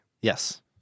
Yes